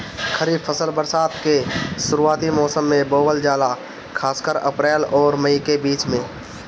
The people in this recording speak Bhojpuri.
खरीफ फसल बरसात के शुरूआती मौसम में बोवल जाला खासकर अप्रैल आउर मई के बीच में